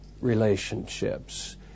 relationships